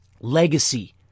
legacy